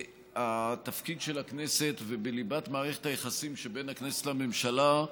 התפקיד של הכנסת ובליבת מערכת היחסים שבין הכנסת לממשלה.